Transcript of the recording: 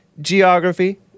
geography